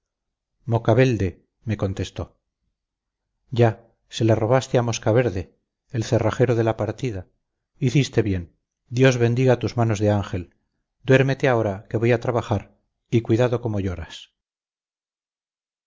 empecinadillo mocavelde me contestó ya se la robaste a moscaverde el cerrajero de la partida hiciste bien dios bendiga tus manos de ángel duérmete ahora que voy a trabajar y cuidado cómo lloras